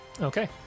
Okay